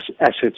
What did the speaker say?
assets